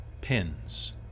pins